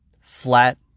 flat